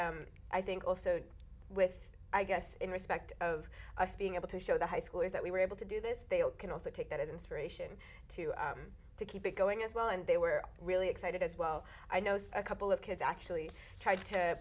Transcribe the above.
and i think also with i guess in respect of us being able to show the high schoolers that we were able to do this they can also take that inspiration to to keep it going as well and they were really excited as well i know a couple of kids actually tried to